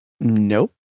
Nope